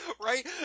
Right